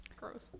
Gross